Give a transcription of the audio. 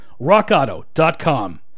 rockauto.com